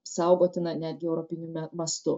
saugotina netgi europiniu me mastu